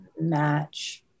match